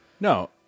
No